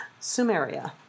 Sumeria